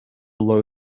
low